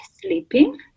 sleeping